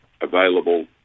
available